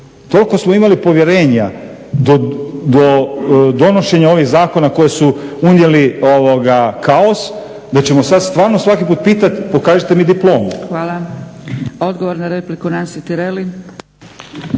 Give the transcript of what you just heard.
Toliko smo imali povjerenja do donošenja ovih zakona koji su unijeli kaos, da ćemo sada stvarno svaki puta pitati pokažite mi diplomu. **Zgrebec, Dragica (SDP)** Hvala. Odgovor na repliku, Nansi Tireli.